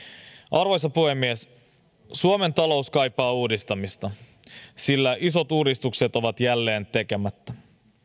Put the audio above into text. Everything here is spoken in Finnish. arvoisa puhemies suomen talous kaipaa uudistamista sillä isot uudistukset ovat jälleen tekemättä